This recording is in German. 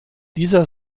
dieser